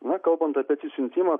na kalbant apie atsisiuntimą